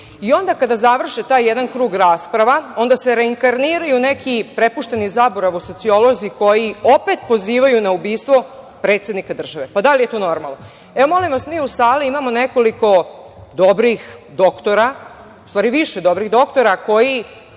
I onda, kada završe taj jedan krug rasprava, onda se reinkarniraju neki prepušteni zaboravu sociolozi koji opet pozivaju na ubistvo predsednika države. Da li je to normalno? Molim vas, mi u sali imamo nekoliko dobrih doktora, u stvari više dobrih doktora, koji